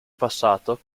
passato